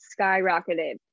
skyrocketed